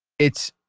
it's